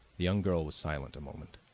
the young girl was silent a moment.